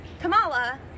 Kamala